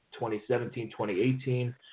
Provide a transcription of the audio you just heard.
2017-2018